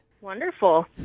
Wonderful